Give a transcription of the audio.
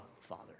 Father